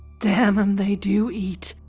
damn em, they do eat,